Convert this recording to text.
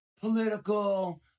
political